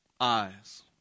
eyes